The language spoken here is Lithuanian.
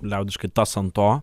liaudiškai tas ant to